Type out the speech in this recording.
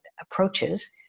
approaches